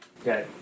Okay